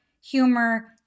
humor